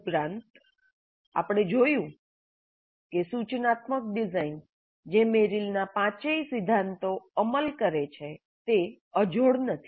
ઉપરાંત આપણે જોયું કે સૂચનાત્મક ડિઝાઇન જે મેરિલનાં પાંચેય સિદ્ધાંતો અમલ કરે છે તે અજોડ નથી